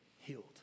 healed